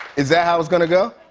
is that how it's going to go?